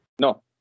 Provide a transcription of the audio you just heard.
No